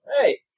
hey